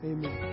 Amen